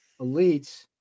elites